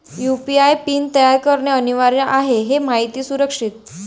UPI pin तयार करणे अनिवार्य आहे हे माहिती सुरक्षित